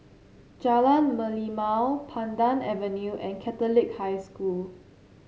Jalan Merlimau Pandan Avenue and Catholic High School